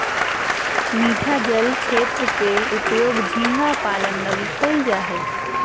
मीठा जल क्षेत्र के उपयोग झींगा पालन लगी कइल जा हइ